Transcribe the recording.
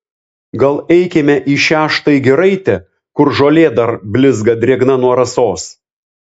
gal eikime į šią štai giraitę kur žolė dar blizga drėgna nuo rasos